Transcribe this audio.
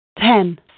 Ten